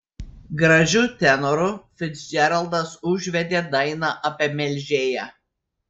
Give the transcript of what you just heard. gražiu tenoru ficdžeraldas užvedė dainą apie melžėją